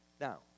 Now